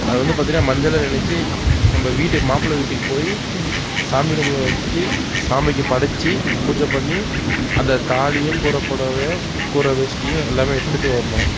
அது வந்து பார்த்தீங்கன்னா மஞ்சளை நனைச்சி நம்ப வீட்டு மாப்பிள்ளை வீட்டுக்கு போய் சாமி ரூமில் வச்சு சாமிக்கு படைச்சி பூஜை பண்ணி அந்த தாலியும் கூரை புடவையும் கூரை வேஷ்டியும் எல்லாமே எடுத்துகிட்டு வரணும்